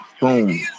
boom